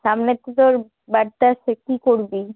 সামনে তো তোর বার্থডে আসছে কী করবি